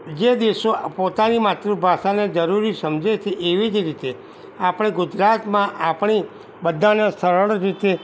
જે દેશો પોતાની માતૃભાષાને જરૂરી સમજે છે એવી જ રીતે આપણે ગુજરાતમાં આપણી બધાને સરળ રીતે